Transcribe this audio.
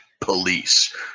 police